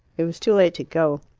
it was too late to go.